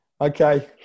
okay